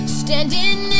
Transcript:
standing